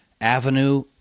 avenue